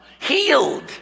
healed